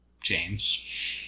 James